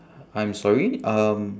I'm sorry um